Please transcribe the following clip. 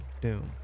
doom